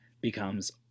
becomes